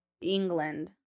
England